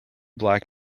black